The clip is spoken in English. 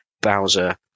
Bowser